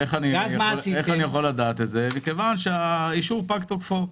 ואני יכול לדעת זאת כי האישור פג תוקפו.